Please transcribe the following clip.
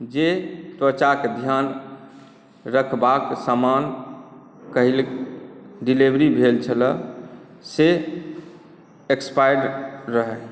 जे त्वचाक ध्यान रखबाक सामान काल्हि डिलीवर भेल छल से एक्सपायर्ड रहए